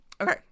okay